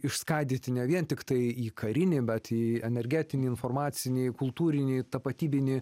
išskaidyti ne vien tiktai į karinį bet į energetinį informacinį kultūrinį tapatybinį